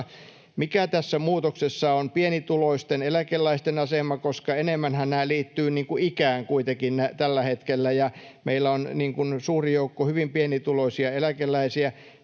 Mikä tässä muutoksessa on pienituloisten eläkeläisten asema, koska enemmänhän nämä liittyvät ikään kuitenkin tällä hetkellä, ja meillä on suuri joukko hyvin pienituloisia eläkeläisiä.